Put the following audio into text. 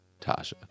Tasha